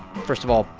first of all,